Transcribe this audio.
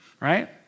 right